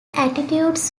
attitudes